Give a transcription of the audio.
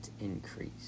increase